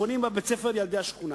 שבונים בה בית-ספר לילדי השכונה,